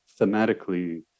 thematically